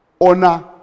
Honor